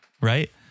right